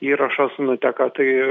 įrašas nuteka tai